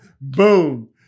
boom